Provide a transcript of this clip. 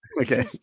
okay